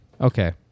Okay